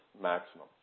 maximum